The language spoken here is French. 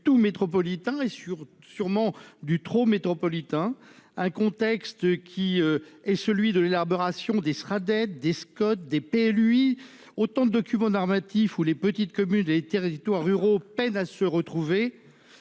métropolitain et sur sûrement du trop métropolitain. Un contexte qui est celui de l'élaboration des Sraddet des Scott D. P. lui autant de documents normatif ou les petites communes des territoires ruraux peinent à se retrouver.